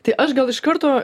tai aš gal iš karto